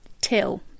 till